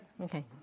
Okay